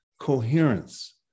coherence